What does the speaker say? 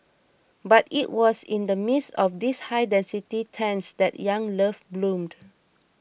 but it was in the midst of these high density tents that young love bloomed